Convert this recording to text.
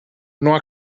não